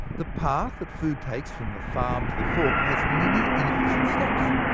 the path that food takes from the farm to the fork has many inefficient steps,